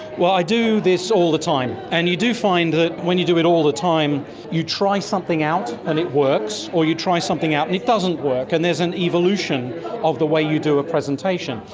well, i do this all the time, and you do find that when you do it all the time you try something out and it works, or you try something out and it doesn't work, and there's an evolution of the way you do a presentation.